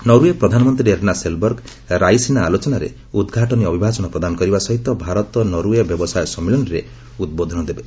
Norway ପ୍ରଧାନମନ୍ତ୍ରୀ Erna Solberg Raisina ଆଲୋଚନାରେ ଉଦ୍ଘାଟନୀ ଅଭିଭାଷଣ ପ୍ରଦାନ କରିବା ସହିତ ଭାରତ ନର୍ୱେ ବ୍ୟବସାୟ ସମ୍ମିଳନୀରେ ଉଦ୍ବୋଧନ ଦେବେ